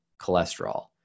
cholesterol